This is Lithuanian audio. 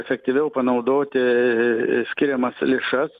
efektyviau panaudoti skiriamas lėšas